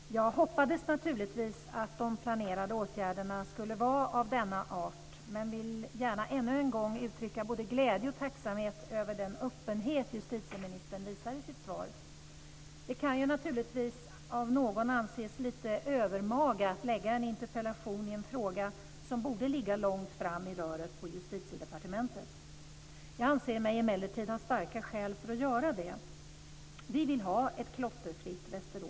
Herr talman! Låt mig inledningsvis tacka justitieministern för svaret på min interpellation. Jag hoppades naturligtvis att de planerade åtgärderna skulle vara av denna art men vill gärna än en gång uttrycka både glädje och tacksamhet över den öppenhet justitieministern visar i sitt svar. Det kan naturligtvis av någon anses lite övermaga att ställa en interpellation i en fråga som borde ligga långt framme på Justitiedepartementet. Jag anser mig emellertid ha starka skäl för att göra det. Vi vill ha ett klotterfritt Västerås.